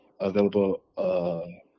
available